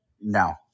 No